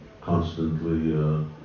constantly